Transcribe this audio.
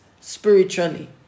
spiritually